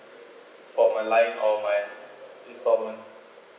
for my line or my installment